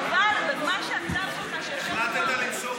חבל, בזמן, החלטת למשוך